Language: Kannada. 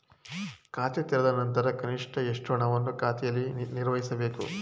ಖಾತೆ ತೆರೆದ ನಂತರ ಕನಿಷ್ಠ ಎಷ್ಟು ಹಣವನ್ನು ಖಾತೆಯಲ್ಲಿ ನಿರ್ವಹಿಸಬೇಕು?